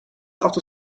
after